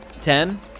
ten